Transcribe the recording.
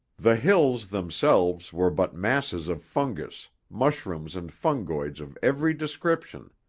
the hills, themselves, were but masses of fungus, mushrooms and fungoids of every description,